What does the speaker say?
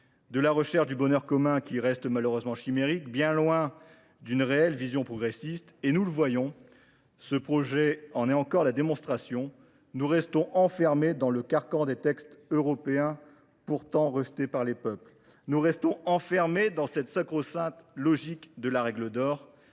de la recherche du bonheur commun, qui reste malheureusement chimérique, bien loin d’une réelle vision progressiste. Ce projet en est encore la démonstration : nous restons enfermés dans le carcan des textes européens, pourtant rejetés par les peuples, dans cette sacro sainte logique de la règle d’or,